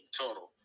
total